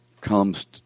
comes